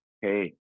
Hey